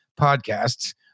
podcasts